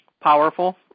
Powerful